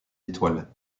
étoiles